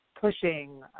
pushing